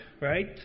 right